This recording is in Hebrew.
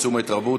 צמצום ההתרבות